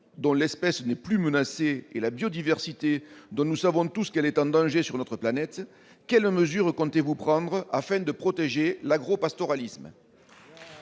dont l'espèce n'est plus menacée, et de la biodiversité, dont nous savons tous qu'elle est en danger sur notre planète, quelles mesures comptez-vous prendre pour protéger l'agropastoralisme ?